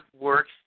works